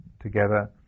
together